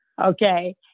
okay